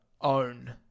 own